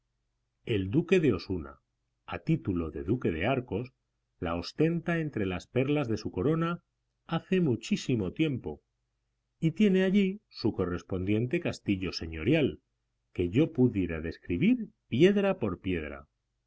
el duque de osuna a título de duque de arcos la ostenta entre las perlas de su corona hace muchísimo tiempo y tiene allí su correspondiente castillo señorial que yo pudiera describir piedra por piedra